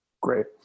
Great